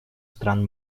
стран